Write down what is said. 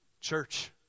Church